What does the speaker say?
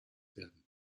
werden